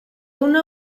una